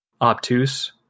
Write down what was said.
obtuse